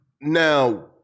Now